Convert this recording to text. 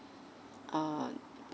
err okay